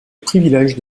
privilège